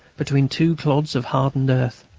between two clods of hardened earth.